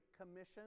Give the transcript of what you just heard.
Commission